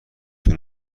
طول